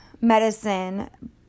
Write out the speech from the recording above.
medicine